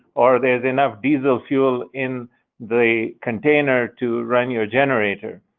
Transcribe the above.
or there's enough diesel fuel in the container to run your generator.